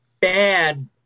bad